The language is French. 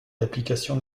d’application